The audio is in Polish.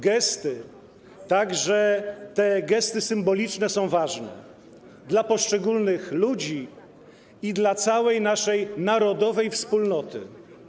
Gesty, także te gesty symboliczne, są ważne dla poszczególnych ludzi i dla całej naszej narodowej wspólnoty.